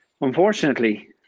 unfortunately